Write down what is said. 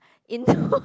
into